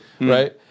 Right